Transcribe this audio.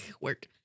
Work